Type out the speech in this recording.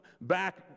back